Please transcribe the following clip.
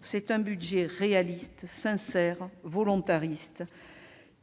C'est un budget réaliste, sincère, volontariste.